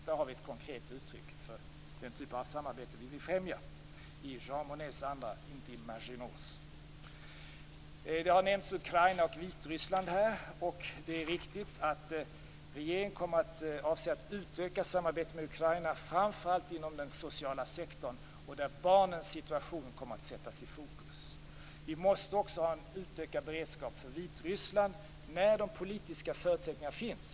Där har vi ett konkret uttryck för den typ av samarbete vi vill främja i Jean Monnets anda och inte i Maginots. Ukraina och Vitryssland har nämnts här. Det är riktigt att regeringen avser att utöka samarbetet med Ukraina framför allt inom den sociala sektorn. Barnens situation kommer att sättas i fokus. Vi måste också ha en utökad beredskap för Vitryssland när de politiska förutsättningarna finns.